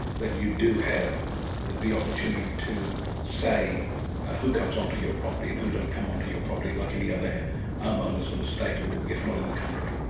that you do have the opportunity to say who comes onto your property and who doesn't come onto your property, like any other ah homeowners in the state or if not in the country.